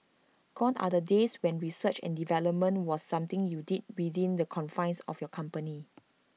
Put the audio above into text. gone are the days when research and development was something you did within the confines of your company